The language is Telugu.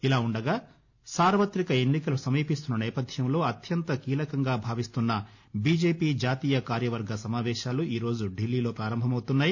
ఇలా ఉండగా సార్వతిక ఎన్నికలు సమీపిస్తున్న నేపథ్యంలో అత్యంత కీలకంగా భావిస్తున్న బీజేపీ జాతీయ కార్యవర్గ సమావేశాలు ఈ రోజు ఢిలీల్లో పారంభమవుతున్నాయి